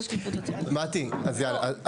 מטי, אז יאללה.